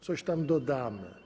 Coś tam dodamy.